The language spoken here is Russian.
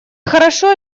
хорошо